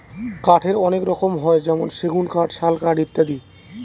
কাঠের অনেক রকম হয় যেমন সেগুন কাঠ, শাল কাঠ ইত্যাদি